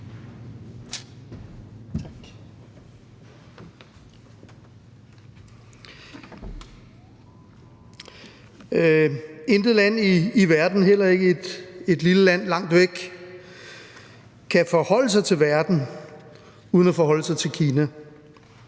Intet land i verden – og heller ikke et lille land langt væk – kan forholde sig til verden uden at forholde sig til Kina,